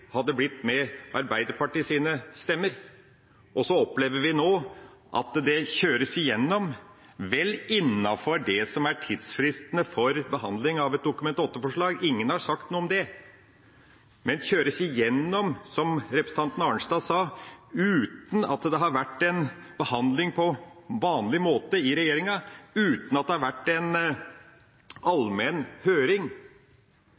med Arbeiderpartiet sine stemmer. Så opplever vi nå at det kjøres igjennom, vel innenfor det som er tidsfristene for behandling av et Dokument 8-forslag, ingen har sagt noe om det, men at det kjøres igjennom, som representanten Arnstad sa, uten at det har vært en behandling på vanlig måte i regjeringa, uten at det har vært en allmenn høring.